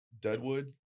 Deadwood